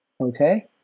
Okay